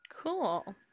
Cool